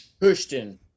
Houston